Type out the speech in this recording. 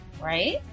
right